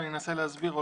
ואני אנסה להסביר.